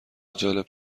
جالب